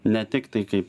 ne tiktai kaip